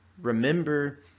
Remember